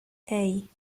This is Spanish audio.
hey